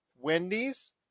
Wendy's